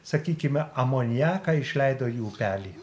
sakykime amoniaką išleido į upelį